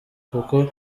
kuko